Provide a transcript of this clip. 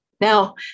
Now